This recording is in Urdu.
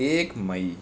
ایک مئی